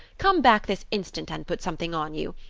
come back this instant and put something on you.